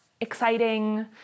exciting